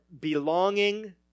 belonging